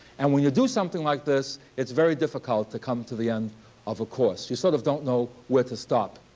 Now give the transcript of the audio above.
and when you do something like this, it's very difficult to come to the end of a course. you sort of don't know where to stop.